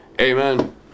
Amen